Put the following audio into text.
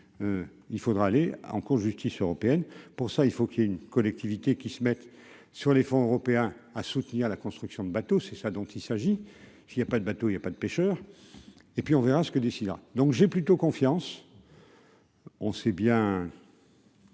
il faudra aller en Cour de justice européenne pour ça, il faut qu'il y ait une collectivité qui se mettent sur les fonds européens à soutenir la construction de bateaux, c'est ça dont il s'agit, il y a pas de bateau, il y a pas de pêcheurs et puis on verra ce que décidera donc j'ai plutôt confiance. On sait bien.